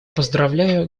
поздравляю